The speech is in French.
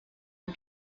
une